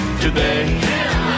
today